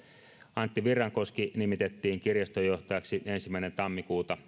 antti virrankoski nimitettiin kirjastonjohtajaksi ensimmäinen tammikuuta